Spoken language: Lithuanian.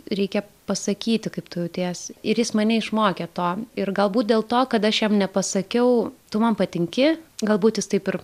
reikia pasakyti kaip tu jautiesi ir jis mane išmokė to ir galbūt dėl to kad aš jam nepasakiau tu man patinki galbūt jis taip ir